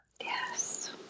yes